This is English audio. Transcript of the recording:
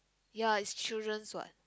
ya is childrens what